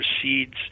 proceeds